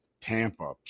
Tampa